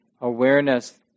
awareness